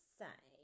say